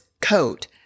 coat